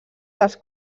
dels